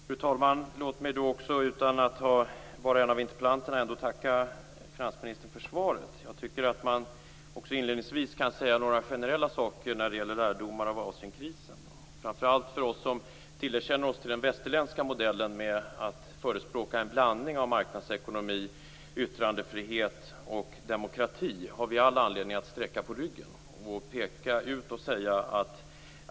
Fru talman! Låt mig utan att vara en av interpellanterna ändå tacka finansministern för svaret. Jag vill inledningsvis säga några generella saker när det gäller lärdomar av Asienkrisen. Framför allt vi som är tillskyndare av den västerländska modellen och förespråkar en blandning av marknadsekonomi, yttrandefrihet och demokrati har all anledning att sträcka på ryggen.